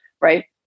right